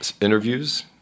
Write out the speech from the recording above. interviews